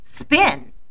spin